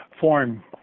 form